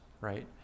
right